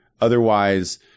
otherwise